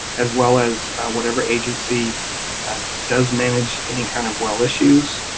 as well as whatever agency does manage any kind of well issues.